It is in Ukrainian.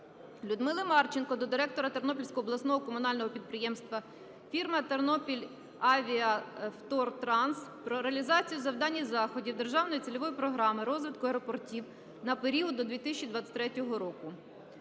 Людмили Марченко до директора Тернопільського обласного комунального підприємства "Фірма "Тернопільавіаавтотранс" про реалізацію завдань і заходів Державної цільової програми розвитку аеропортів на період до 2023 року.